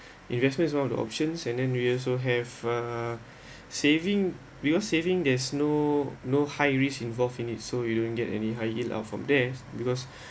investment is one of the options and then you also have uh saving because saving there's no no high risk involved in it so you don't get any high yield out from there because